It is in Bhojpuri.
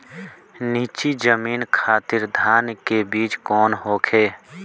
नीची जमीन खातिर धान के बीज कौन होखे?